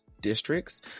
districts